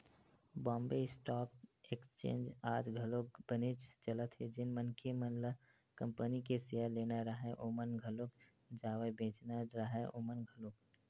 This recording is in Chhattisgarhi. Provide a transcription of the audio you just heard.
बॉम्बे स्टॉक एक्सचेंज आज घलोक बनेच चलत हे जेन मनखे मन ल कंपनी के सेयर लेना राहय ओमन घलोक जावय बेंचना राहय ओमन घलोक